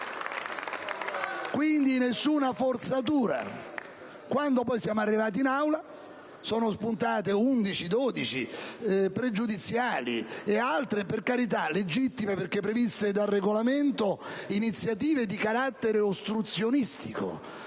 Quindi, nessuna forzatura! Quando siamo arrivati in Aula sono state presentate 11 o 12 questioni pregiudiziali ed altre - per carità, legittime perché previste dal Regolamento - iniziative di carattere ostruzionistico,